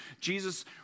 Jesus